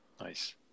Nice